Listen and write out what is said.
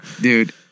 dude